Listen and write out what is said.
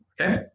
okay